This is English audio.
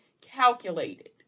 calculated